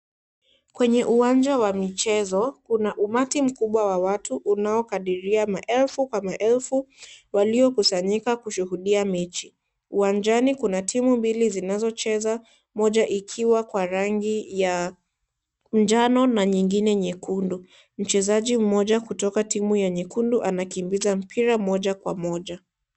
Kwenye uwanja wa michezo, kuna umati mkubwa wa watu unaokadiria ma elfu kwa ma elfu waliokusanyika kushuhudia mechi. Uwanjani kuna timu mbili zinazocheza moja ikiwa kwa rangi ya njano, na nyingine nyekundu. Mchezaji mmoja kutoka timu ya nyekundu anakimbiza mpira moja kwa moja.